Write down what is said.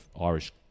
Irish